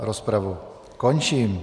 Rozpravu končím.